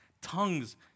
Tongues